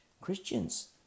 Christians